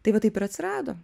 tai va taip ir atsirado